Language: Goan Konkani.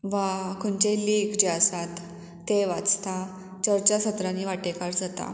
वा खंचे लेख जे आसात ते वाचता चर्चा सत्रांनी वांटेकार जाता